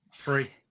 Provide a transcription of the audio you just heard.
three